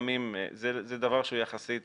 זה דבר שהוא יחסית